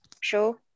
show